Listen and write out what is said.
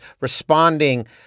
responding